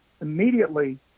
immediately